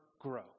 grow